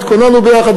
התכוננו ביחד,